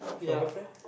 you girlfriend